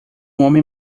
homem